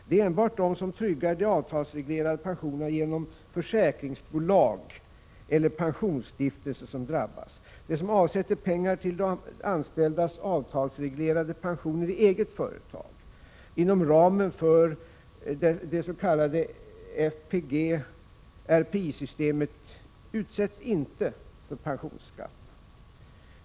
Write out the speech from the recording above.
Det är enbart de som tryggar de avtalsreglerade pensionerna genom försäkringsbolag eller pensionsstiftelser som drabbas. De som avsätter pengar till de anställdas avtalsreglerade pensioner i eget företag inom ramen för det s.k. FPG/RPI-systemet utsätts inte för pensionsskatten.